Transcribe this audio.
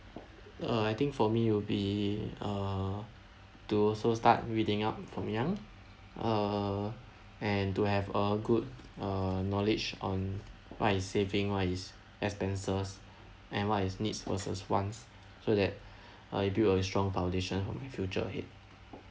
uh I think for me will be uh to also start reading up from young uh and to have a good uh knowledge on what is saving what is expenses and what is needs versus wants so that I built a strong foundation for the future ahead